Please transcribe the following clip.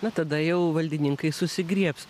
na tada jau valdininkai susigriebs